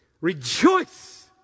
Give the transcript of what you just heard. Rejoice